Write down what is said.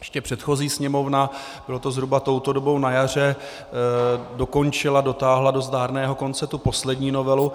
Ještě předchozí Sněmovna, bylo to zhruba touto dobou na jaře, dokončila, dotáhla do zdárného konce tu poslední novelu.